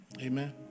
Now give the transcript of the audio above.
Amen